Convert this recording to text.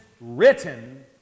written